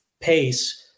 pace